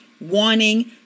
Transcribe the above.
wanting